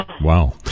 Wow